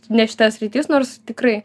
ne šita sritis nors tikrai